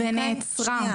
והיא נעצרה.